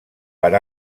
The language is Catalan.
per